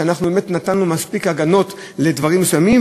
שאנחנו באמת נתנו מספיק הגנות לדברים מסוימים,